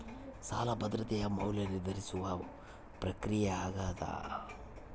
ಸಾಲ ಭದ್ರತೆಯ ಮೌಲ್ಯ ನಿರ್ಧರಿಸುವ ಪ್ರಕ್ರಿಯೆ ಆಗ್ಯಾದ